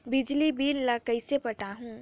बिजली बिल ल कइसे पटाहूं?